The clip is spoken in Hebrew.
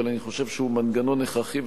אבל אני חושב שהוא מנגנון הכרחי,